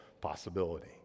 possibility